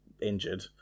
injured